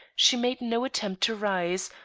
she made no attempt to rise,